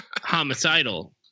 homicidal